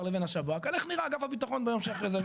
לבין השב"כ על איך נראה אגף הבטחון ביום שאחרי זה.